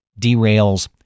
derails